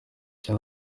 cye